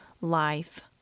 life